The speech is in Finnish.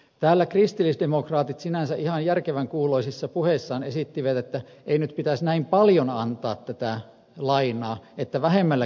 täällä kristillisdemokraatit sinänsä ihan järkevän kuuloisissa puheissaan esittivät että ei nyt pitäisi näin paljon antaa tätä lainaa että vähemmälläkin pärjättäisiin